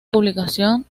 publicación